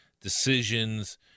decisions